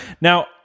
Now